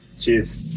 Cheers